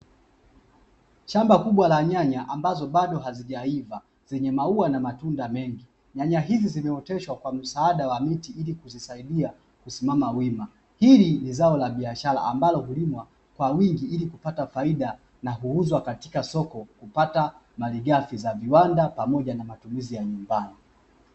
Shamba kubwa la nyanya ambazo bado hazijaiva zenye maua na matunda mengi. Nyanya hizo zimeoteshwa kwa msaada wa miti ilikusaidia kusimama wima. Hii ni zao la kibiashara ambalo hulima kwa wingi ilikuweza kupata faida na kuuzwa katika soko ilikuweza kupata malighafi za viwanda pamoja na matumizi ya nyumbani.